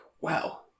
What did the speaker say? wow